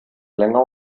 länger